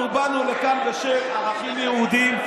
אנחנו באנו לכאן בשם ערכים יהודיים,